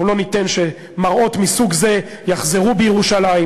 אנחנו לא ניתן שמראות מסוג זה יחזרו בירושלים.